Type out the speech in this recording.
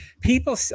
people